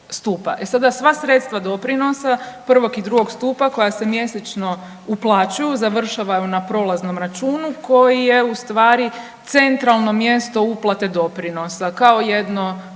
sada sva sredstva doprinosa prvog i drugog stupa koja se mjesečno uplaćuju završavaju na prolaznom računu koji je u stvari centralno mjesto uplate doprinosa kao jedno